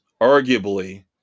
arguably